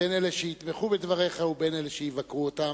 בין אלה שיתמכו בדבריך ובין אלה שיבקרו אותם,